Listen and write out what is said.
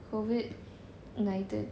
COVID nineteen